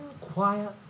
quiet